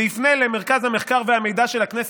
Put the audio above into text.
ויפנה למרכז המחקר והמידע של הכנסת,